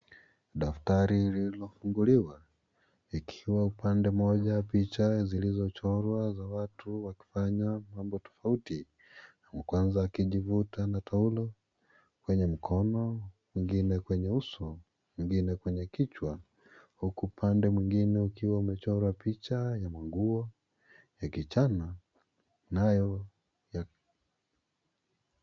Daftari lililofunguliwa, ikiwa upande mmoja picha zilizochorwa za watu wakifanya mambo tofauti, wa kwanza akijivuta na taulo kwenye mkono, mwengine kwenye uso, mwengine kwenye kichwa huku upande mwengine ukiwa umechorwa picha ya manguo ya kichana nayo.